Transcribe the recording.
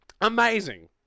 Amazing